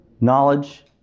knowledge